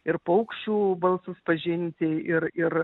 ir paukščių balsus pažinti ir ir